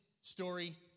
story